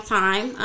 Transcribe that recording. time